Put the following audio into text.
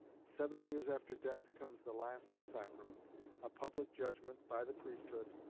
seven years after death, comes the last sacrament a public judgment, by the priesthood,